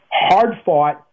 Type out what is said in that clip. hard-fought